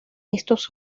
estos